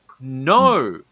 No